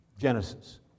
Genesis